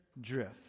drift